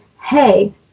hey